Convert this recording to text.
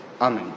Amen